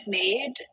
made